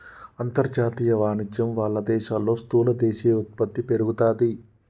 అంతర్జాతీయ వాణిజ్యం వాళ్ళ దేశాల్లో స్థూల దేశీయ ఉత్పత్తి పెరుగుతాది